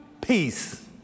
peace